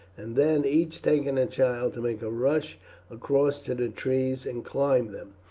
and then, each taking a child, to make a rush across to the trees and climb them.